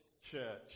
Church